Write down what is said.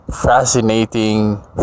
fascinating